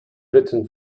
written